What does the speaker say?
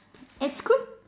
at school